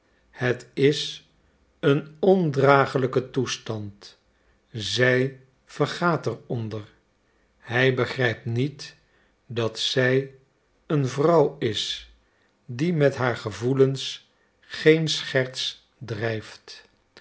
het is een ondragelijke toestand zij vergaat er onder hij begrijpt niet dat zij een vrouw is die met haar gevoelens geen scherts drijft